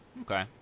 Okay